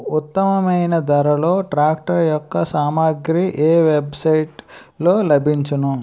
ఉత్తమమైన ధరలో ట్రాక్టర్ యెక్క సామాగ్రి ఏ వెబ్ సైట్ లో లభించును?